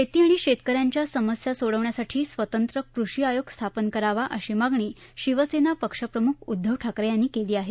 शेती आणि शेतकऱ्यांच्या समस्या सोडवण्यासाठी स्वतंत्र कृषी आयोग स्थापन करावा अशी मागणी शिवसेना पक्षप्रमुख उद्दव ठाकरे यांनी केली आहे